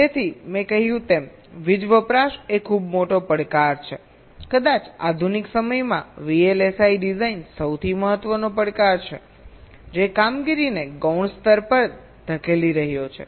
તેથી મેં કહ્યું તેમ વીજ વપરાશ એ ખૂબ મોટો પડકાર છે કદાચ આધુનિક સમયમાં VLSI ડિઝાઇન સૌથી મહત્વનો પડકાર છે જે કામગીરીને ગૌણ સ્તર પર ધકેલી રહ્યો છે